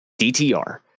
DTR